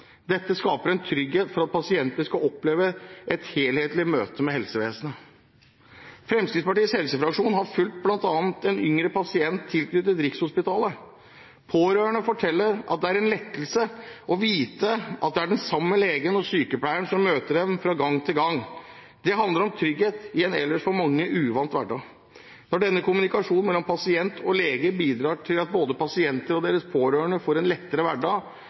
Dette skaper trygghet for at pasienter skal oppleve et helhetlig møte med helsevesenet. Fremskrittspartiets helsefraksjon har bl.a. fulgt en yngre pasient tilknyttet Rikshospitalet. Pårørende forteller at det er en lettelse å vite at det er den samme legen og sykepleieren som møter dem fra gang til gang. Det handler om trygghet i en ellers for mange uvant hverdag. Når denne kommunikasjonen mellom pasient og lege bidrar til at både pasienter og deres pårørende får en lettere hverdag